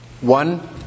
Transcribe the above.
One